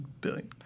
billion